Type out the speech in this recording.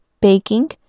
baking